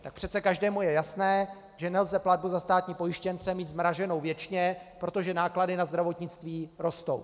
Tak přece každému je jasné, že nelze platbu za státní pojištěnce mít zmrazenou věčně, protože náklady na zdravotnictví rostou.